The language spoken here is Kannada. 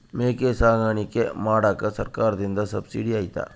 ಮೇಕೆ ಸಾಕಾಣಿಕೆ ಮಾಡಾಕ ಸರ್ಕಾರದಿಂದ ಸಬ್ಸಿಡಿ ಐತಾ?